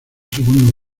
segundo